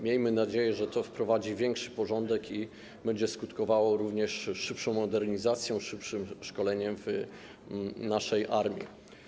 Miejmy nadzieję, że to wprowadzi większy porządek i będzie skutkowało szybszą modernizacją i szybszym szkoleniem naszej armii.